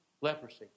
leprosy